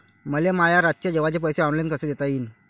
मले माया रातचे जेवाचे पैसे ऑनलाईन कसे देता येईन?